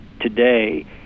today